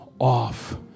off